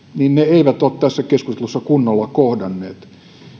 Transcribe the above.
eivät ole tässä keskustelussa kunnolla kohdanneet